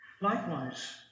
Likewise